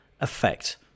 effect